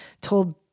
told